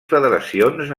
federacions